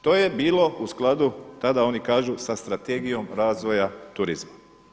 To je bilo u skladu tada oni kažu sa Strategijom razvoja turizma.